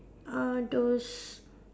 uh those